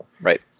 Right